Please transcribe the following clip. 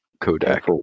Kodak